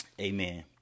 amen